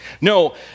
No